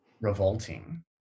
revolting